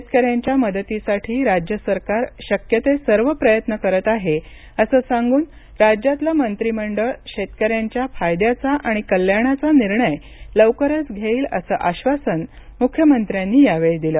शेतकऱ्यांच्या मदतीसाठी राज्य सरकार शक्य ते सर्व प्रयत्न करत आहे असं सांगून राज्यातलं मंत्रीमंडळ शेतकऱ्यांच्या फायद्याचा आणि कल्याणाचा निर्णय लवकरच घेईल असं आश्वासन मुख्यमंत्र्यांनी यावेळी दिलं